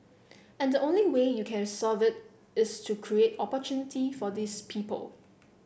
and the only way you can solve it is to create opportunity for these people